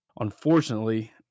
unfortunately